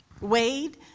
Wade